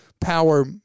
power